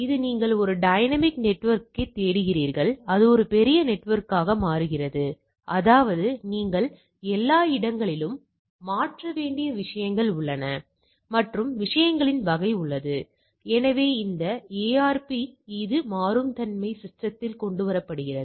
இது நீங்கள் ஒரு டைனமிக் நெட்வொர்க்கைத் தேடுகிறீர்கள் அது ஒரு பெரிய நெட்வொர்க்காக மாறுகிறது அதாவது நீங்கள் எல்லா இடங்களிலும் மாற்ற வேண்டிய விஷயங்கள் உள்ளன மற்றும் விஷயங்களின் வகை உள்ளது எனவே இந்த ARP இந்த மாறும் தன்மை சிஸ்டத்தில் கொண்டு வரப்படுகிறது